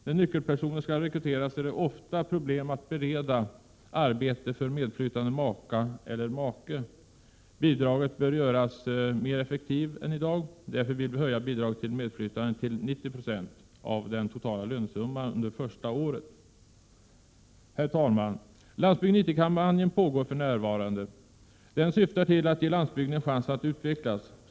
När nyckelpersoner skall rekryteras är det ofta förenat med problem att bereda arbete för medflyttande maka eller make. Bidraget bör göras mer effektivt än i dag. Därför vill vi höja bidraget till medflyttande till 90 20 av den totala lönesumman under första året. Herr talman! Landsbygd 90-kampanjen pågår för närvarande. Den syftar till att ge landsbygden en chans att utvecklas.